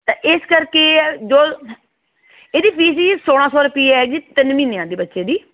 ਤਾਂ ਇਸ ਕਰਕੇ ਹੈ ਜੋ ਇਹਦੀ ਫੀਸ ਜੀ ਸੌਲਾਂ ਸੌ ਰੁਪਏ ਹੈ ਜੀ ਤਿੰਨ ਮਹੀਨਿਆਂ ਦੇ ਬੱਚੇ ਦੀ